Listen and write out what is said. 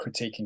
critiquing